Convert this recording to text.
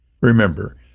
Remember